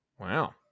Wow